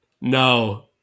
No